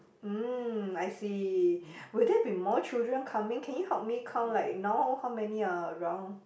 mm I see would there be more children coming can you help me count like now how many are around